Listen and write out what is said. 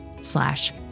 slash